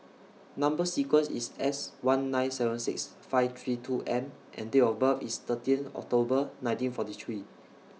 Number sequence IS S one nine seven six five three two M and Date of birth IS thirteen October nineteen forty three